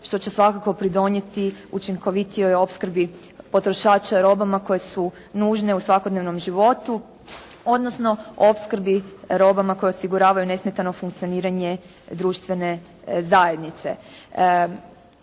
što će svakako pridonijeti učinkovitoj opskrbi potrošača robama koje su nužne u svakodnevnom životu odnosno opskrbi robama koje osiguravaju nesmetano funkcioniranje društvene zajednice.